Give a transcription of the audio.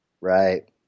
Right